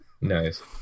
Nice